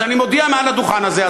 אז אני מודיע מעל הדוכן הזה,